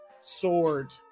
sword